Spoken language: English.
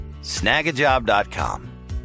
snagajob.com